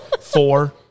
four